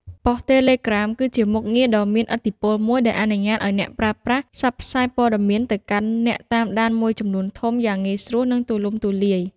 ប៉ុស្តិ៍ Telegram គឺជាមុខងារដ៏មានឥទ្ធិពលមួយដែលអនុញ្ញាតឲ្យអ្នកប្រើប្រាស់ ផ្សព្វផ្សាយព័ត៌មានទៅកាន់អ្នកតាមដានមួយចំនួនធំ យ៉ាងងាយស្រួល និងទូលំទូលាយ។